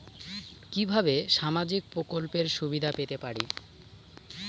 কিভাবে সামাজিক প্রকল্পের সুবিধা পেতে পারি?